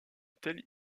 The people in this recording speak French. tel